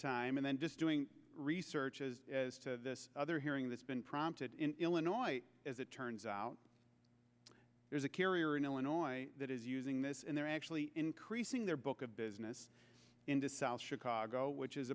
time and then just doing research as this other hearing that's been prompted illinois as it turns out there's a carrier in illinois that is using this and they're actually increasing their book of business into south chicago which is